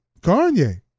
Kanye